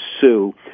Sue